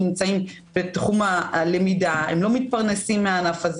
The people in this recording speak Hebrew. נמצאים בתחום הלמידה, הם לא מתפרנסים מכך.